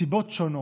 מסיבות שונות,